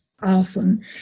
awesome